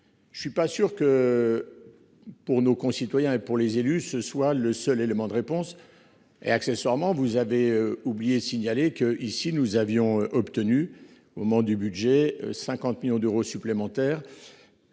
Je ne suis pas sûr que. Pour nos concitoyens et pour les élus se soit le seul élément de réponse. Et accessoirement, vous avez oublié signaler que ici nous avions obtenu au moment du budget, 50 millions d'euros supplémentaires.